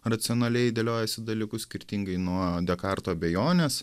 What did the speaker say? racionaliai dėliojasi dalykus skirtingai nuo dekarto abejonės